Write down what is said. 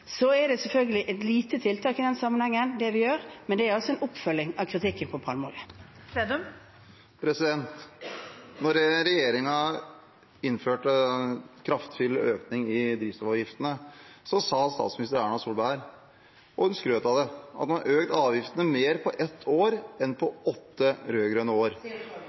Så er det vi gjør, selvfølgelig et lite tiltak i den sammenheng, men det er en oppfølging av kritikken rundt palmeolje. Da regjeringen innførte kraftig økning i dieselavgiftene, sa statsminister Erna Solberg – og hun skrøt av det – at de har økt avgiftene mer på ett år enn på åtte rød-grønne år.